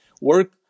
work